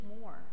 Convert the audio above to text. more